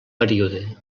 període